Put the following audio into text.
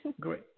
Great